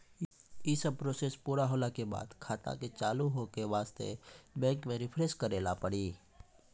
यी सब प्रोसेस पुरा होला के बाद खाता के चालू हो के वास्ते बैंक मे रिफ्रेश करैला पड़ी?